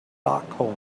stockholm